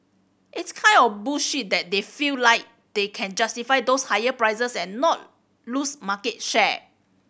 it's kind of bullish that they feel like they can justify those higher prices and not lose market share